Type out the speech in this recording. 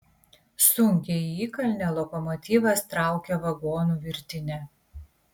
sunkiai į įkalnę lokomotyvas traukia vagonų virtinę